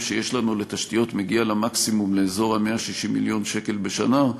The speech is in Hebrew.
שיש לנו לתשתיות מגיע במקסימום לאזור ה-160 מיליון שקל בשנה,